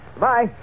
Bye